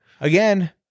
again